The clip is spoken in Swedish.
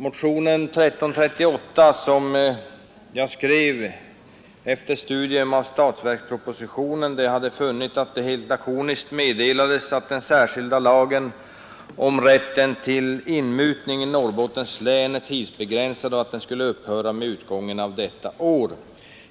Motionen 1338 skrev jag efter studium av statsverkspropositionen, där jag hade funnit att det helt lakoniskt meddelades att den särskilda lagen om rätten till inmutning inom Norrbottens län är tidsbegränsad och att